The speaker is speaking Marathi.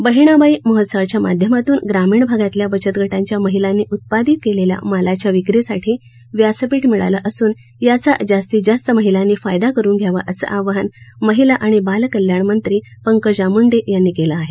बहिणाबाई महोत्सवाच्या माध्यमातून ग्रामीण भागातल्या बचत गटाच्या महिलांनी उत्पादित केलेल्या मालाच्या विक्रीसाठी व्यासपीठ मिळालं असून याचा जास्तीत जास्त महिलांनी फायदा करुन घ्यावा असं आवाहन महिला आणि बालकल्याणमंत्री पंकजा मुंडे यांनी केलं आहे